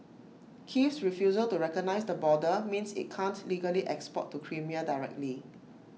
Kiev's refusal to recognise the border means IT can't legally export to Crimea directly